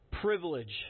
privilege